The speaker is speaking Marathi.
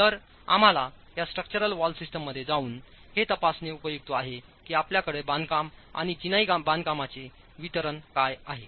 तर आम्हाला या स्ट्रक्चरल वॉल सिस्टीममध्ये जाऊन हे तपासणे उपयुक्त आहेकीआपल्याकडे बांधकाम आणि चिनाई बांधकामांचेवितरणकाय आहे